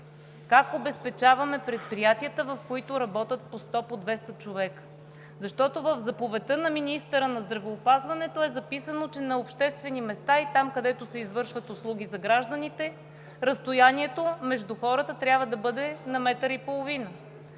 как обезпечаваме предприятията, в които работят по 100, 200 човека, защото в заповедта на министъра на здравеопазването е записано, че на обществени места и там, където се извършват услуги за гражданите, разстоянието между хората трябва да бъде на метър и половина.